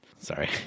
Sorry